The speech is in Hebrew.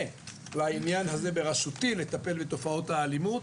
לעניין הזה בראשותי לטפל בתופעות האלימות,